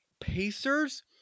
Pacers